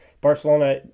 Barcelona